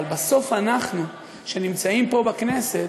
אבל בסוף אנחנו, שנמצאים פה בכנסת,